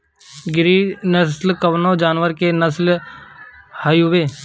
गिरी नश्ल कवने जानवर के नस्ल हयुवे?